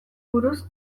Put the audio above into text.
buruz